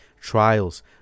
trials